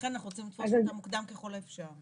לכן אנחנו רוצים לתפוס אותם מוקדם ככל האפשר.